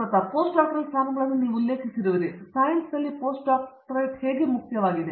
ಪ್ರತಾಪ್ ಹರಿಡೋಸ್ ಮತ್ತು ನೀವು ಪೋಸ್ಟ್ ಡೋಕ್ಟೋರಲ್ ಸ್ಥಾನಗಳನ್ನು ಉಲ್ಲೇಖಿಸಿರುವಿರಿ ಸೈನ್ಸ್ನಲ್ಲಿ ಪೋಸ್ಟ್ ಡೋಕ್ ಸ್ಥಾನ ಹೇಗೆ ಮುಖ್ಯವಾಗಿದೆ